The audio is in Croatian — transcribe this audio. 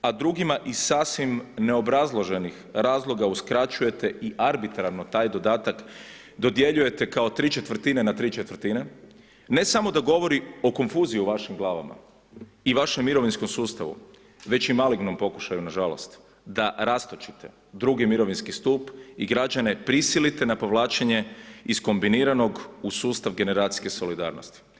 a drugima iz sasvim neobrazloženih razloga uskraćujete i arbitrarno taj dodatak dodjeljujete kao tri četvrtine na tri četvrtine, ne samo da govori o konfuzijama u vašim glavama i vašem mirovinskom sustavu već i malignom pokušaju na žalost, da rastočite drugi mirovinski stup i građane prisilite na povlačenje iz kombiniranog u sustav generacijske solidarnosti.